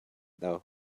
though